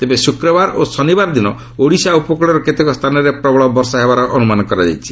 ତେବେ ଶୁକ୍ରବାର ଓ ଶନିବାର ଦିନ ଓଡ଼ିଶା ଉପକୂଳର କେତେକ ସ୍ଥାନରେ ପ୍ରବଳ ବର୍ଷା ହେବାର ଅନୁମାନ କରାଯାଇଛି